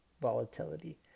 volatility